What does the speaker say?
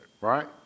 right